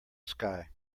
sky